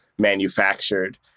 manufactured